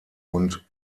und